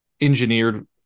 engineered